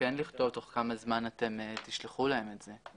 כן לכתוב תוך כמה זמן אתם תשלחו להם את זה.